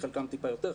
חלקם טיפה יותר,